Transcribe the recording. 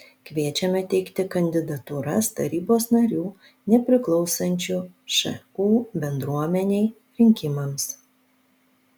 kviečiame teikti kandidatūras tarybos narių nepriklausančių šu bendruomenei rinkimams